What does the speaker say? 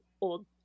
old